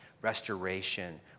restoration